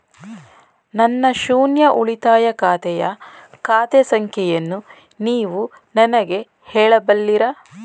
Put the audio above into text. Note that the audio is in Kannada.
ನನ್ನ ಶೂನ್ಯ ಉಳಿತಾಯ ಖಾತೆಯ ಖಾತೆ ಸಂಖ್ಯೆಯನ್ನು ನೀವು ನನಗೆ ಹೇಳಬಲ್ಲಿರಾ?